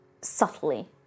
subtly